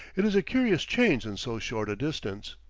it is a curious change in so short a distance.